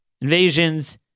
invasions